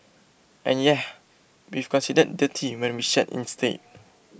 and yeah we've considered dirty when we shed instead